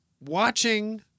watching